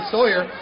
Sawyer